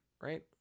Right